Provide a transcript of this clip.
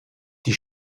die